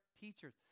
teachers